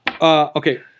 Okay